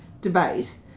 debate